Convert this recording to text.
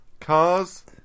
Cars